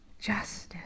justice